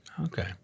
Okay